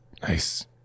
Nice